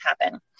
happen